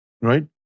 Right